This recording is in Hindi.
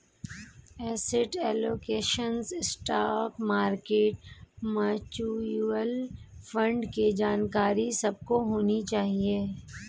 asset allocation, stock market, mutual fund की जानकारी सबको होनी चाहिए